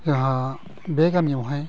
जोंहा बे गामियावहाय